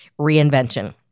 reinvention